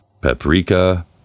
Paprika